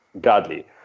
godly